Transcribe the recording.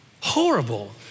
horrible